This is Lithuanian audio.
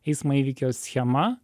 eismo įvykio schema